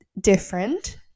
different